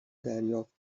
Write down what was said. دریافت